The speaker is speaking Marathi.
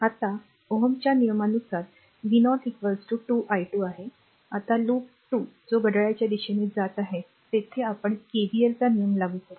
आता ओहम्स च्या नियमानुसार v0 2 i2 आहे आता लूप २ जो घड्याळाच्या दिशेने जात आहे तेथे आपण केव्हीएल चा नियम लागू करू